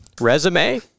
Resume